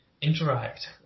interact